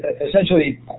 essentially